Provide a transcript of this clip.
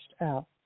out